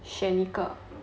选一个